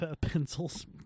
pencils